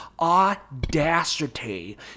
audacity